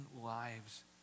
lives